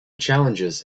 challenges